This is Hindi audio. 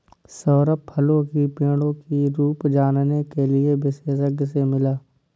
सौरभ फलों की पेड़ों की रूप जानने के लिए विशेषज्ञ से मिला